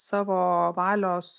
savo valios